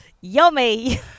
Yummy